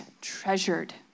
treasured